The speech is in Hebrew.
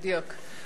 בדיוק.